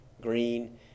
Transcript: green